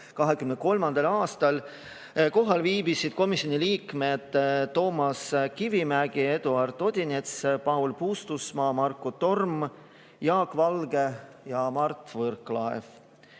2023. aastal. Kohal viibisid komisjoni liikmed Toomas Kivimägi, Eduard Odinets, Paul Puustusmaa, Marko Torm, Jaak Valge ja Mart Võrklaev.